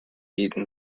eaton